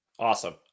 Awesome